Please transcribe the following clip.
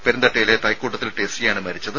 പെരിന്തട്ടയിലെ തൈക്കൂട്ടത്തിൽ ടെസ്സിയാണ് മരിച്ചത്